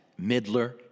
Midler